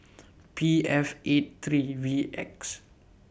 P F eight three V X